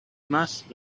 must